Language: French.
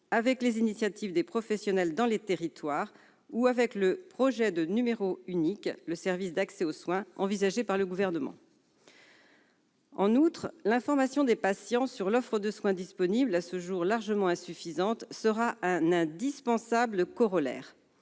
avec les initiatives des professionnels dans les territoires ou avec le projet de numéro unique- le service d'accès aux soins envisagé par le Gouvernement. En outre, l'information des patients sur l'offre de soins disponible, laquelle est à ce jour largement insuffisante, sera un corollaire